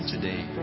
Today